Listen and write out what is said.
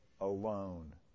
alone